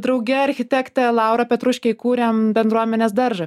drauge architekte laura petruške įkūrėm bendruomenės daržą